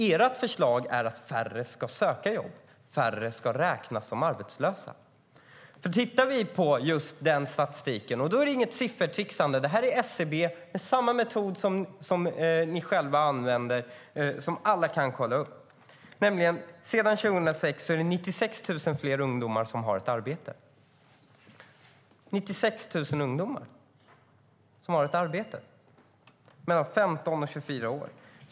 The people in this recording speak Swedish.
Ert förslag är att färre ska söka jobb och färre ska räknas som arbetslösa. Vi kan titta på statistiken, och då är det inget siffertricksande. Det är statistik från SCB som använt samma metod som ni själva använder och som alla kan kolla upp. Sedan 2006 är det 96 000 fler ungdomar mellan 15 och 24 år som har ett arbete.